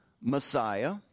Messiah